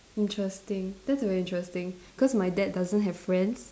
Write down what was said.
interesting that's very interesting cause my dad doesn't have friends